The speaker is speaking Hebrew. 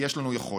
כי יש לנו יכולת.